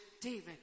David